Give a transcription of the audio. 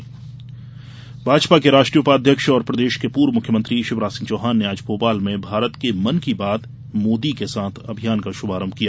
भाजपा संकल्पपत्र भाजपा के राष्ट्रीय उपाध्यक्ष और प्रदेश के पूर्व मुख्यमंत्री शिवराज सिंह चौहान ने आज भोपाल में भारत के मन की बात मोदी के साथ अभियान का शुभारंभ किया